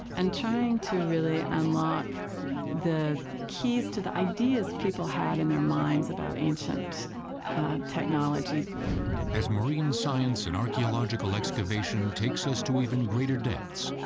and trying to really unlock the keys to the ideas people had in their minds about ancient technology. narrator as marine science and archaeological excavation takes us to even greater depths,